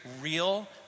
real